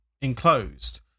enclosed